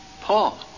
Paul